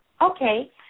Okay